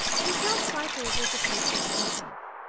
but he felt quite able to take care of himself,